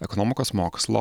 ekonomikos mokslo